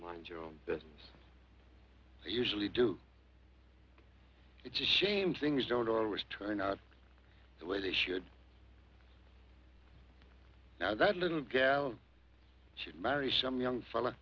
mind your own usually do it's a shame things don't always turn out the way they should now that little gal should marry some young fella